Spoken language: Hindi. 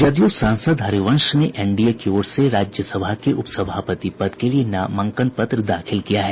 जदयू सांसद हरिवंश ने एनडीए की ओर से राज्यसभा के उपसभापति पद के लिये नामांकन पत्र दाखिल किया है